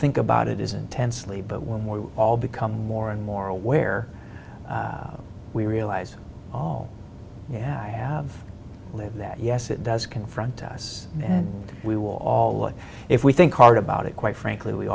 think about it is intensely but when we all become more and more aware we realize all yeah i have lived that yes it does confront us and we will all if we think hard about it quite frankly we